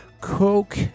Coke